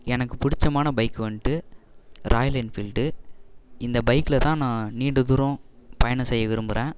எனக்கு பிடிச்சமான பைக்கு வந்துட்டு ராயல் என்ஃபீல்டு இந்த பைக்கில் தான் நான் நீண்ட தூரம் பயணம் செய்ய விரும்புகிறேன்